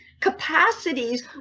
capacities